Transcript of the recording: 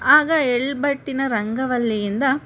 ಆಗ ಎಳ್ಬಟ್ಟಿನ ರಂಗವಲ್ಲಿಯಿಂದ